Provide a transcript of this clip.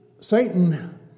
Satan